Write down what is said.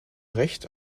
recht